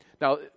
Now